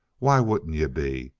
why wouldn't you be?